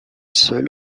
seul